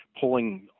Pulling